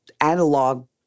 analog